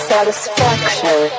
Satisfaction